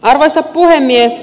arvoisa puhemies